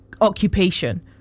occupation